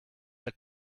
let